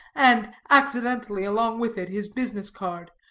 and, accidentally, along with it, his business card,